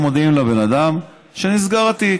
הם מודיעים לבן אדם שנסגר התיק.